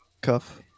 cuff